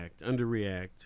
underreact